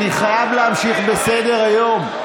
אני חייב להמשיך בסדר-היום.